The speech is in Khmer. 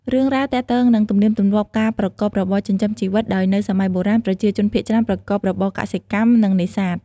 រឿងរ៉ាវទាក់ទងនឹងទំនៀមទម្លាប់ការប្រកបរបរចិញ្ចឹមជីវិត ដោយនៅសម័យបុរាណ ប្រជាជនភាគច្រើនប្រកបរបរ កសិកម្ម និង នេសាទ។